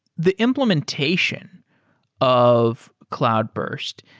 the implementation of cloudburst,